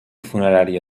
funerària